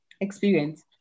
experience